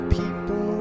people